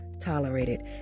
tolerated